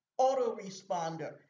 autoresponder